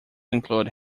include